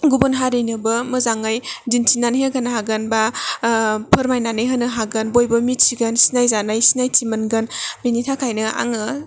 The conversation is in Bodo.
गुबुन हारिनिबो मोजाङै दिन्थिनानै होनो हागोन बा फोरमायनानै होनो हागोन बयबो मिथिगोन सिनायजानाय सिनायथि मोनगोन बेनि थाखायनो आङो